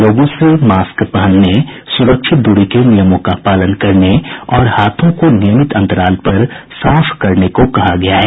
लोगों से मास्क पहनने सुरक्षित दूरी के नियमों का पालन करने और हाथों को नियमित अंतराल पर साफ करने को कहा गया है